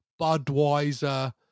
Budweiser